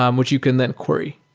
um which you can then query.